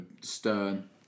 stern